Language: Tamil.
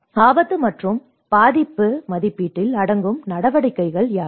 ஆபத்து மற்றும் பாதிப்பு மதிப்பீட்டில் அடங்கும் நடவடிக்கைகள் யாவை